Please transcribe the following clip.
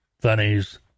funnies